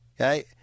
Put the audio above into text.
Okay